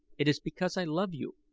it is because i love you,